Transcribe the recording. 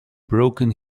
broken